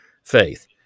faith